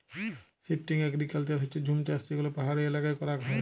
shifting agriculture হচ্যে জুম চাষযেগুলা পাহাড়ি এলাকায় করাক হয়